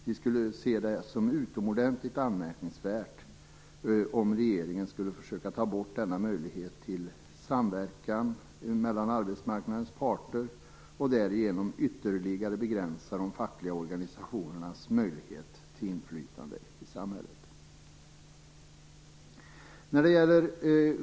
Vi skulle se det som utomordentligt anmärkningsvärt om regeringen försökte ta bort denna möjlighet till samverkan mellan arbetsmarknadens parter, så att de fackliga organisationernas möjlighet till inflytande i samhället därigenom ytterligare begränsades.